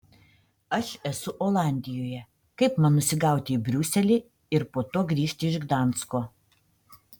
aš esu olandijoje kaip man nusigauti į briuselį ir po to grįžti iš gdansko